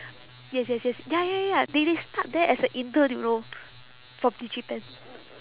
yes yes yes ya ya ya ya they they start there as a intern you know from digipen